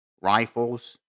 rifles